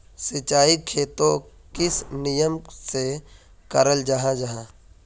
सिंचाई खेतोक किस नियम से कराल जाहा जाहा?